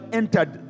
entered